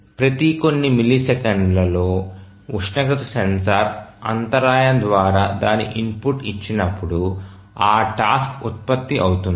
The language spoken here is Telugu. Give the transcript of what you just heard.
ప్రతి కొన్ని మిల్లీసెకన్లలో ఉష్ణోగ్రత సెన్సార్ అంతరాయం ద్వారా దాని ఇన్పుట్ ఇచ్చినప్పుడు ఆ టాస్క్ ఉత్పత్తి అవుతుంది